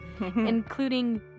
including